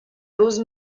روز